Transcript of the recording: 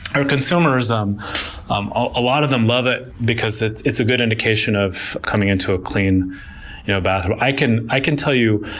our consumers, um um ah a lot of them love it, because it's it's a good indication of coming into a clean you know bathroom. i can i can tell you,